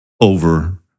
over